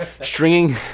stringing